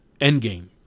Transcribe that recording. Endgame